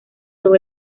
todo